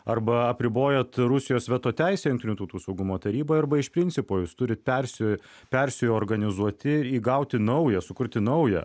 arba apriboja rusijos veto teisę jungtinių tautų saugumo taryba arba iš principo jūs turit persi persiorganizuoti ir įgauti naują sukurti naują